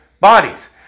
bodies